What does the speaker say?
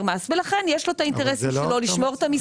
מס ולכן יש לו את האינטרס שלו לשמור את המסמכים שלו.